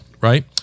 Right